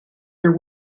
your